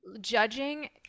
judging